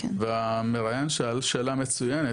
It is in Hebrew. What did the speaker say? והמראיין שאל שאלה מצוינת,